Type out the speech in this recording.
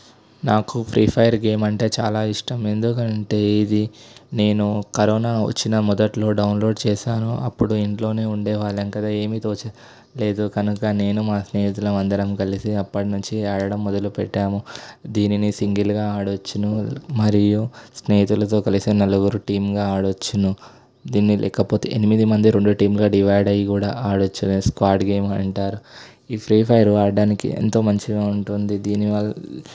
నాకు Free Fire game అంటే చాలా ఇష్టం ఎందుకంటే ఇది నేను కరోనా వచ్చినా మొదట్లో డౌన్లోడ్ చేశాను అప్పుడు ఇంట్లోనే ఉండే వాళ్ళం కదా ఏమి తోచలేదు కనుక నేను మా స్నేహితులం అందరం కలిసి అప్పటినుంచి ఆడడం మొదలుపెట్టాము దీనిని సింగిల్గా ఆడచ్చును మరియు స్నేహితులతో కలిసి నలుగురు టీంగా ఆడచ్చును దీన్ని లేకపోతే ఎనిమిది మంది రెండు టీంగా డివైడ్ అయ్యి కూడా ఆడచ్చు స్క్వాడ్ గేమ్ అంటారు ఈ ఫ్రీఫైర్ ఆడడానికి ఎంతో మంచిగా ఉంటుంది దీనివల్ల